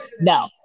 No